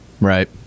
Right